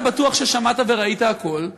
אתה בטוח ששמעת וראית הכול,